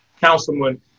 councilman